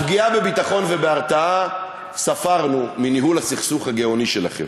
פגיעה בביטחון ובהרתעה ספרנו מניהול הסכסוך הגאוני שלכם.